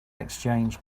exchange